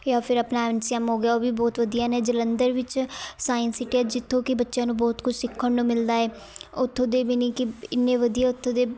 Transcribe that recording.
ਜਾਂ ਫਿਰ ਆਪਣਾ ਐਨ ਸੀ ਐਮ ਹੋ ਗਿਆ ਉਹ ਵੀ ਬਹੁਤ ਵਧੀਆ ਨੇ ਜਲੰਧਰ ਵਿੱਚ ਸਾਇੰਸ ਸਿਟੀ ਆ ਜਿੱਥੋਂ ਕਿ ਬੱਚਿਆਂ ਨੂੰ ਬਹੁਤ ਕੁਛ ਸਿੱਖਣ ਨੂੰ ਮਿਲਦਾ ਏ ਉੱਥੋਂ ਦੇ ਵੀ ਨੇ ਕਿ ਇੰਨੇ ਵਧੀਆ ਉੱਥੋਂ ਦੇ